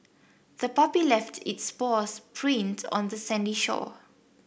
the puppy left its paws prints on the sandy shore